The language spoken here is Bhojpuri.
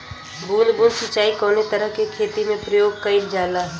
बूंद बूंद सिंचाई कवने तरह के खेती में प्रयोग कइलजाला?